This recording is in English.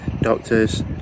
doctors